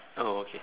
oh okay